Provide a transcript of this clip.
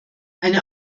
eine